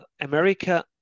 America